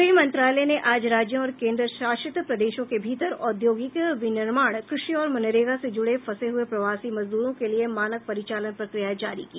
गृह मंत्रालय ने आज राज्यों और केंद्रशासित प्रदेशों के भीतर औद्योगिक विनिर्माण कृषि और मनरेगा से जुड़े फंसे हुए प्रवासी मजदूरों के लिए मानक परिचालन प्रक्रिया जारी की